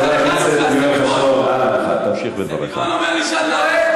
השלב הבא, תעבור לפרלמנט הפלסטיני.